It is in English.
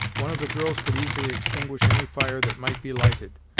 one of the girls could easily extinguish any fire that might be lighted,